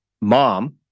mom